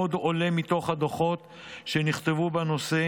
עוד עולה מתוך דוחות שנכתבו בנושא